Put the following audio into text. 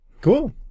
Cool